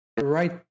right